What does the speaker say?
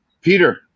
Peter